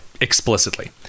explicitly